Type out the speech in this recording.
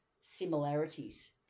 similarities